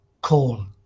call